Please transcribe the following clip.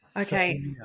Okay